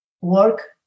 Work